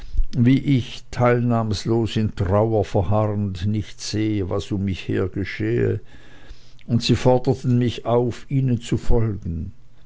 wie ich teilnahmlos in trauer verharrend nicht sehe was um mich her geschehe und sie forderten mich auf ihnen zu folgen